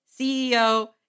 ceo